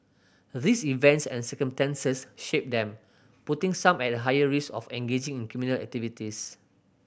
these events and circumstances shape them putting some at a higher risk of engaging in criminal activities